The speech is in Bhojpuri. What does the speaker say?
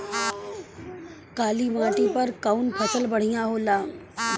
काली माटी पर कउन फसल बढ़िया होला?